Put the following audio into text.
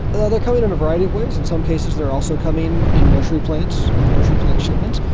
ah they are coming in a variety of ways. in some cases they are also coming in nursery plants and nursery plant shipments,